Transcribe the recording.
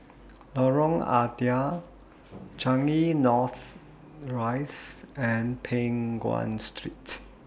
Lorong Ah Thia Changi North Rise and Peng Nguan Street